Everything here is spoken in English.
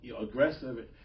aggressive